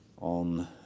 on